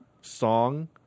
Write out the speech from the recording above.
song